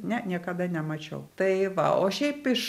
ne niekada nemačiau tai va o šiaip iš